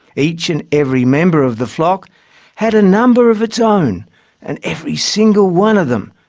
each and every member of the flock had a number of its own and every single one of them,